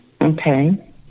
Okay